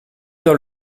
dans